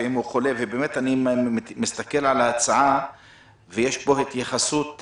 אני מסתכל על ההצעה ורואה התייחסות